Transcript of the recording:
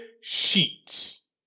sheets